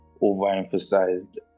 overemphasized